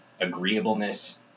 agreeableness